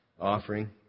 offering